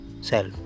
self